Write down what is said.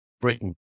Britain